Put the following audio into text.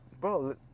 bro